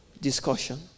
Discussion